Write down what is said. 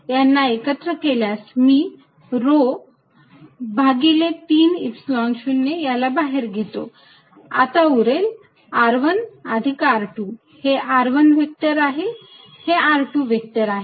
या दोघांना एकत्र केल्यास मी रो भागिले 3 Epsilon 0 याला बाहेर घेतो आता उरेल r1 अधिक r2 हे r1 व्हेक्टर आहे हे r2 व्हेक्टर आहे